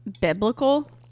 biblical